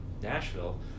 Nashville